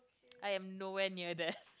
I am nowhere near there